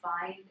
find